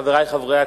חברי חברי הכנסת,